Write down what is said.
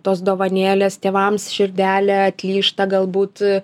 tos dovanėlės tėvams širdelė atlyžta galbūt